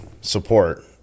support